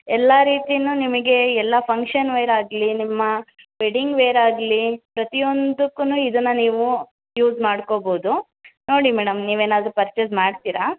ಎಲ್ಲ ರೀತಿನೂ ನಿಮಗೆ ಎಲ್ಲ ಫಂಕ್ಷನ್ ವೇರ್ ಆಗಲಿ ನಿಮ್ಮ ವೆಡ್ಡಿಂಗ್ ವೇರ್ ಆಗಲಿ ಪ್ರತಿಯೊಂದಕ್ಕೂನು ಇದನ್ನು ನೀವು ಯೂಸ್ ಮಾಡ್ಕೊಬೋದು ನೋಡಿ ಮೇಡಮ್ ನೀವೇನಾದರೂ ಪರ್ಚೇಸ್ ಮಾಡ್ತೀರಾ